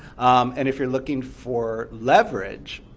and if you're looking for leverage,